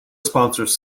sponsors